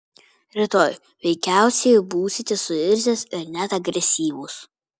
rytoj veikiausiai būsite suirzęs ir net agresyvus